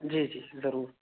جی جی ضرور